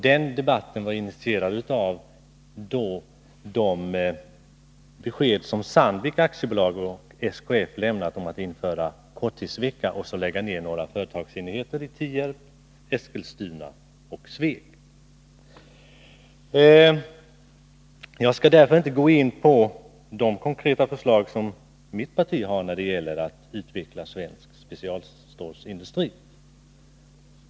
Den debatten var initierad av de besked som Sandvik AB och SKF lämnat om att införa korttidsvecka och att lägga ned några företagsenheter i Tierp, Eskilstuna och Sveg. Jag skall inte gå in på alla de konkreta förslag som mitt parti har när det gäller att utveckla svensk specialstålsindustri.